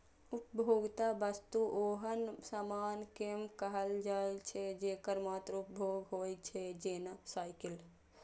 उपभोक्ता वस्तु ओहन सामान कें कहल जाइ छै, जेकर मात्र उपभोग होइ छै, जेना साइकिल